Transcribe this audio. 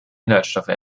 inhaltsstoffe